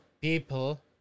people